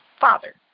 father